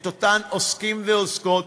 את אותם עוסקים ועוסקות,